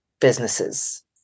businesses